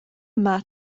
yma